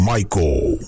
Michael